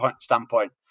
standpoint